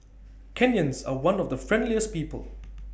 Kenyans are one of the friendliest people